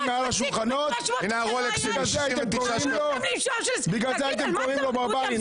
מעל השולחנות ובגלל זה אתם קוראים לו ברברי,